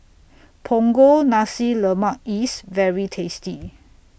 Punggol Nasi Lemak IS very tasty